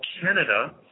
Canada –